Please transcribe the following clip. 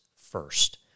first